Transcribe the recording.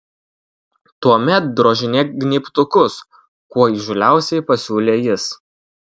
tuomet drožinėk gnybtukus kuo įžūliausiai pasiūlė jis